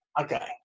Okay